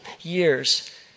years